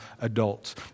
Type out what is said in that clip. adults